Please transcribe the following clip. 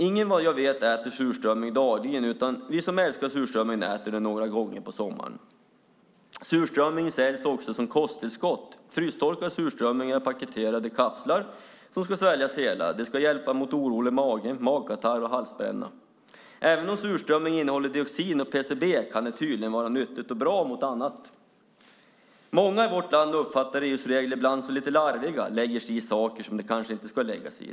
Ingen äter vad jag vet surströmming dagligen, utan vi som älskar surströmming äter den några gånger på sommaren. Surströmming säljs också som kosttillskott. Frystorkad surströmming är paketerad i kapslar som ska sväljas hela. De ska hjälpa mot orolig mage, magkatarr och halsbränna. Även om surströmming innehåller dioxin och PCB kan den tydligen vara nyttig och bra mot annat. Många i vårt land uppfattar ibland EU:s regler som lite larviga. De lägger sig i saker som de kanske inte ska lägga sig i.